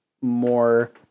more